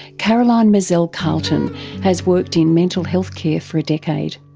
caroline mazel-carlton has worked in mental health care for a decade.